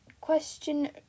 Question